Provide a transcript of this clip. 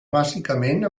bàsicament